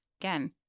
again